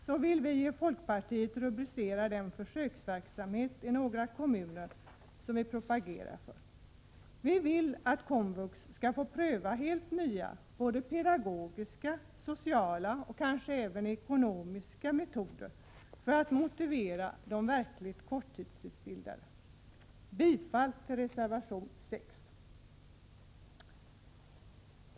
Så vill vi i folkpartiet rubricera den försöksverksamhet i några kommuner vilken vi propagerar för. Vi vill att komvux skall få pröva helt nya både pedagogiska och sociala och kanske även ekonomiska metoder för att motivera de verkligt korttidsutbildade. Jag yrkar bifall till reservation 6.